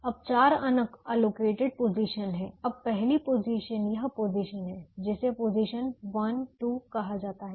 अब चार unallocated position हैं अब पहली पोजीशन यह पोजीशन है जिसे पोजीशन 1 2 कहा जाता है